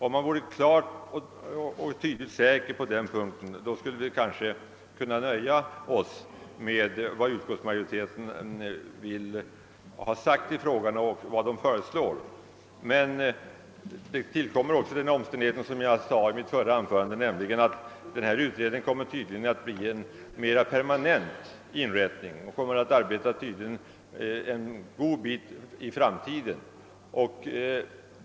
Om man vore helt säker på den punkten skulle man kanske kunna nöja sig med vad utskottsmajoriteten har föreslagit. Men den omständigheten tillkommer, som jag sade i mitt förra anförande, att denna utredning tydligen blir av permanent slag och kanske pågår långt in i framtiden.